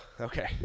okay